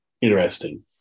interesting